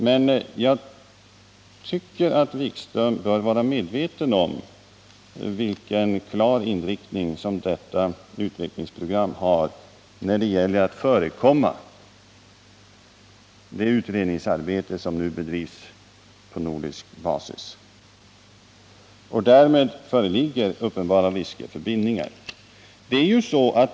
Men jag tycker att Jan-Erik Wikström bör vara medveten om vilken klar inriktning detta utvecklingsprogram har när det gäller att förekomma det utredningsarbete som nu bedrivs på nordisk basis. Därmed föreligger uppenbara risker för bindningar.